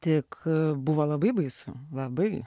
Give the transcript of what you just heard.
tik buvo labai baisu labai